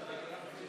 ההסתייגות (3) של